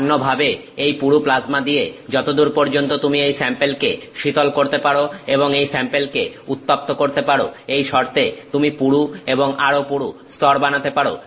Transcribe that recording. অন্যভাবে এই পুরু প্লাজমা দিয়ে যতদূর পর্যন্ত তুমি এই স্যাম্পেলকে শীতল করতে পারো এবং এই স্যাম্পেলকে উত্তপ্ত করতে পারো এই শর্তে তুমি পুরু এবং আরো পুরু স্তর বানাতে পারো